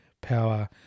power